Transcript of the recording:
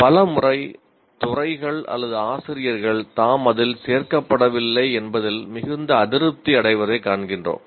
பல முறை துறைகள் அல்லது ஆசிரியர்கள் தாம் அதில் சேர்க்கப்படவில்லை என்பதில் மிகுந்த அதிருப்தி அடைவதைக் காண்கின்றோம்